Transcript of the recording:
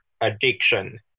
addiction